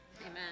Amen